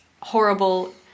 horrible